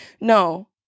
no